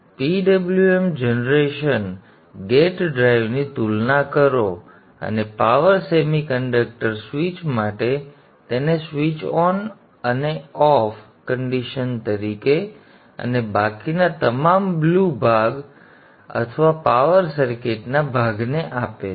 PWM generation gate ડ્રાઇવની તુલના કરો અને પાવર સેમીકન્ડક્ટર સ્વીચ માટે તેને સ્વીચ ઓન અને ઓફ કન્ડિશન તરીકે અને બાકીના તમામ બ્લુ ભાગ અથવા પાવર સર્કિટના ભાગને આપે છે